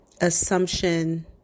assumption